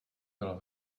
byla